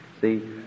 See